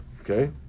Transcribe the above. Okay